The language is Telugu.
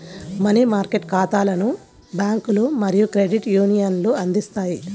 మనీ మార్కెట్ ఖాతాలను బ్యాంకులు మరియు క్రెడిట్ యూనియన్లు అందిస్తాయి